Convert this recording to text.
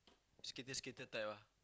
skater skater type lah